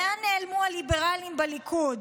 לאן נעלמו הליברלים בליכוד?